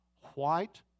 white